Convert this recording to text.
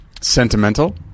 sentimental